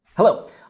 Hello